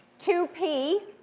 two p.